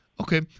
Okay